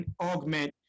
augment